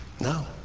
No